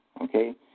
Okay